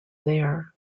there